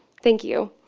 thank you.